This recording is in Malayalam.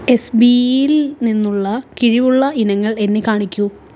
എസ് ബി ഇ യിൽ നിന്നുള്ള കിഴിവുള്ള ഇനങ്ങൾ എന്നെ കാണിക്കൂ